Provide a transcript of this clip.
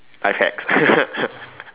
life hacks